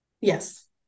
yes